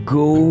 go